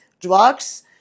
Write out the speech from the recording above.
drugs